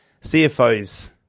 CFOs